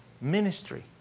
Ministry